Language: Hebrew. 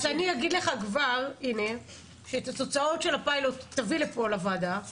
אני כבר אומר לך להביא את תוצאות הפיילוט לוועדה פה.